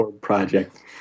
Project